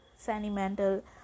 sentimental